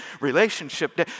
relationship